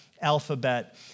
alphabet